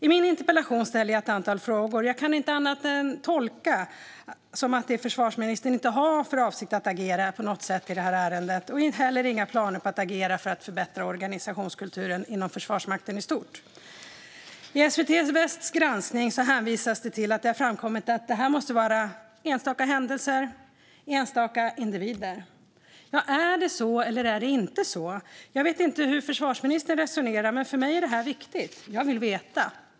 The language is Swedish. I min interpellation ställde jag ett antal frågor. Jag kan inte annat än tolka de svar jag har fått som att försvarsministern inte har för avsikt att agera på något sätt i ärendet och inte heller har några planer på att agera för att förbättra organisationskulturen inom Försvarsmakten i stort. I SVT Västs granskning hänvisas det till att det har framkommit att det måste vara fråga om enstaka händelser eller enstaka individer. Är det så eller är det inte så? Jag vet inte hur försvarsministern resonerar, men för mig är det viktigt. Jag vill veta.